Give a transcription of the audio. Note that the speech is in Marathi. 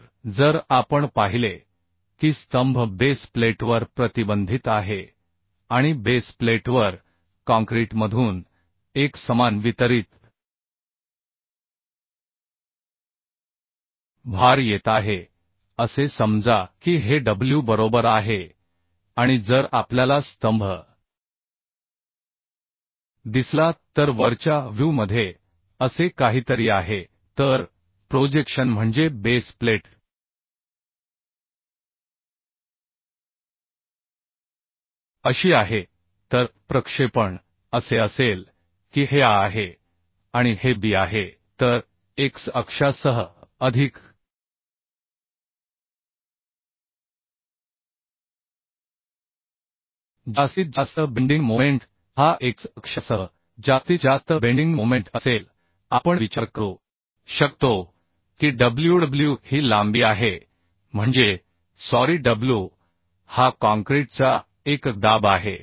तर जर आपण पाहिले की स्तंभ बेस प्लेटवर प्रतिबंधित आहे आणि बेस प्लेटवर काँक्रीटमधून एकसमान वितरित भार येत आहे असे समजा की हे डब्ल्यू बरोबर आहे आणि जर आपल्याला स्तंभ दिसला तर वरच्या व्ह्यू मध्ये असे काहीतरी आहे तर प्रोजेक्शन म्हणजे बेस प्लेट अशी आहे तर प्रक्षेपण असे असेल की हे a आहे आणि हे b आहे तर x अक्षासह अधिक जास्तीत जास्त बेंडिंग मोमेंट हा x अक्षासह जास्तीत जास्त बेंडिंग मोमेंट असेल आपण विचार करू शकतो की ww ही लांबी आहे म्हणजे सॉरी w हा काँक्रीटचा एकक दाब आहे